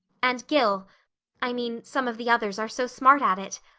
and gil i mean some of the others are so smart at it.